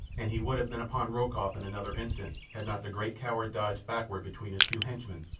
and he would have been upon rokoff in another instant had not the great coward dodged backward between his two henchmen,